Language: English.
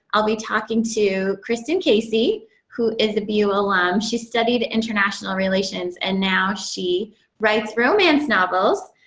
i'll be talking to kristen casey who is a bu alum. she's studied international relations, and now she writes romance novels.